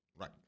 right